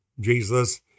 Jesus